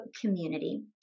community